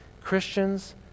Christians